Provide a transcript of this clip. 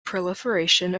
proliferation